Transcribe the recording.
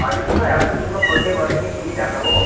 বাড়িতে তো এতটুকুও পড়তেই বসে না কী দেখাব